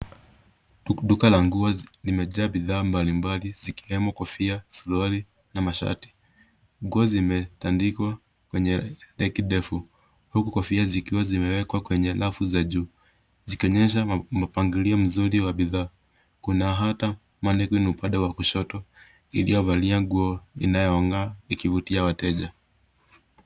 Duka la nguo limejaa bidhaa mbalimbali zikiwemo kofia, suruali na mashati. Nguo zimetandikwa kwenye reki ndefu, huku kofia zikiwa zimewekwa kwenye rafu za juu zikionyesha mpangilio mzuri wa bidhaa. Kuna hata mannequin upande wa kushoto, iliyovalia nguo inayo'ngaa ikivutia wateja.